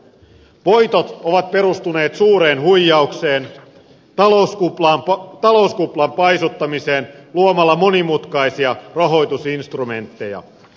voitot ovat perustuneet suureen huijaukseen talouskuplan paisuttamiseen luomalla monimutkaisia rahoitusinstrumentteja